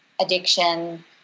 Addiction